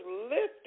lifted